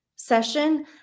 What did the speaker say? session